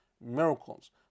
miracles